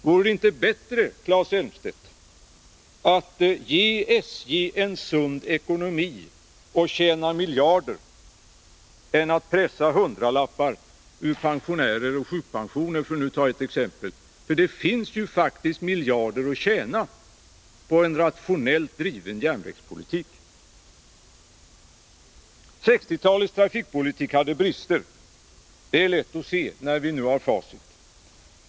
Vore det inte bättre, Claes Elmstedt, att ge SJ en sund ekonomi och tjäna miljarder än att pressa hundralappar från pensionärer och sjukpensionärer, för att nu ta ett exempel. Det finns ju faktiskt miljarder att tjäna på en rationellt driven järnvägspolitik. 1960-talets trafikpolitik hade brister — det är lätt att se när vi nu har facit.